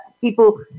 people